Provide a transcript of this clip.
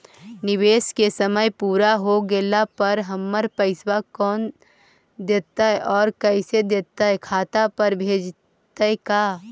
निवेश के समय पुरा हो गेला पर हमर पैसबा कोन देतै और कैसे देतै खाता पर भेजतै का?